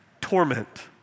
Torment